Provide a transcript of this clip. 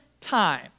time